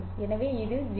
எனவே இது 0